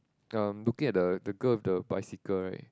uh looking at the the girl with the bicycle right